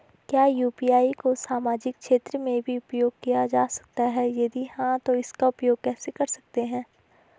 क्या यु.पी.आई को सामाजिक क्षेत्र में भी उपयोग किया जा सकता है यदि हाँ तो इसका उपयोग कैसे कर सकते हैं?